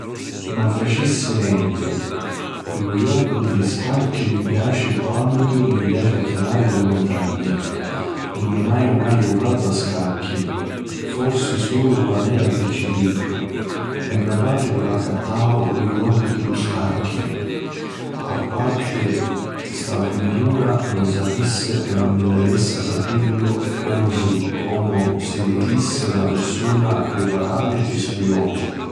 Nun facissi nenti! lu jocu di li scacchi mi piaci quantu mi piaci acchianari li muntagni. Nun aiu mai jucatu a scacchi, forsi sulu quannu era picciriddu e me patri m'accatau lu jocu di li scacchi. A parti st'avvintura nun sapissi e nun mi ntiressa sapillu comu si putissi na pirsuna priparari mi stu jocu.